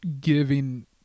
giving